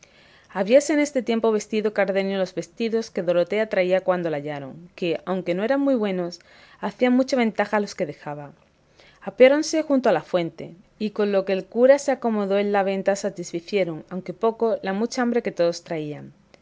habíase en este tiempo vestido cardenio los vestidos que dorotea traía cuando la hallaron que aunque no eran muy buenos hacían mucha ventaja a los que dejaba apeáronse junto a la fuente y con lo que el cura se acomodó en la venta satisficieron aunque poco la mucha hambre que todos traían